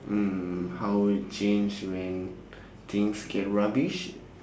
mm how would it change when things get rubbish